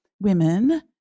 women